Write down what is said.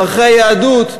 ערכי היהדות,